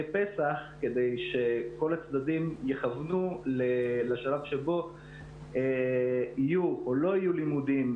פסח כדי שכל הצדדים יכוונו לשלב שבו יהיו או לא יהיו לימודים,